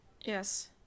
yes